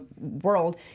world